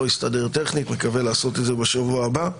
זה לא הסתדר טכנית ואני מקווה לעשות את זה בשבוע הבא.